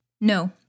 No